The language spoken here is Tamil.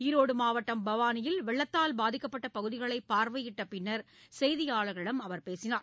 ஈரோடுமாவட்டம் பவாளியில் வெள்ளத்தால் பாதிக்கப்பட்டபகுதிகளைபார்வையிட்டபின்னர் செய்தியாளர்களிடம் அவர் பேசினார்